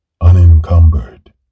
unencumbered